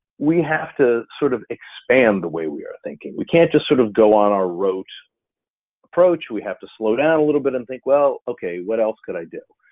we have to sort of expand the way we're thinking, we can't just sort of go on our rote approach, we have to slow down a little bit and think well, okay, what else could i do?